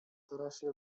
tarasie